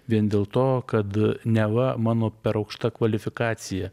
vien dėl to kad neva mano per aukšta kvalifikacija